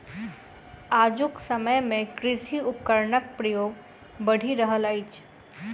आजुक समय मे कृषि उपकरणक प्रयोग बढ़ि रहल अछि